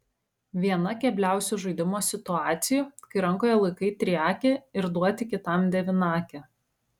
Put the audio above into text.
viena kebliausių žaidimo situacijų kai rankoje laikai triakę ir duoti kitam devynakę